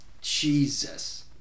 Jesus